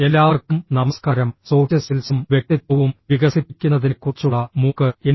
എല്ലാവർക്കും നമസ്കാരം സോഫ്റ്റ് സ്കിൽസും വ്യക്തിത്വവും വികസിപ്പിക്കുന്നതിനെക്കുറിച്ചുള്ള മൂക്ക് എൻ